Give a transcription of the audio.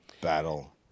battle